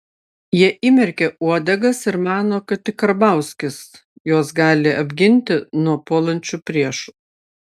jie įmerkė uodegas ir mano kad tik karbauskis juos gali apginti nuo puolančių priešų